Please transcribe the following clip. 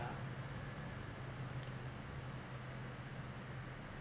um